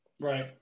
Right